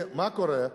מה קורה?